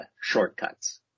shortcuts